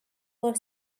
for